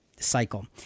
cycle